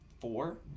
four